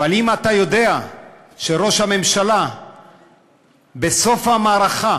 אבל אם אתה יודע שראש הממשלה בסוף המערכה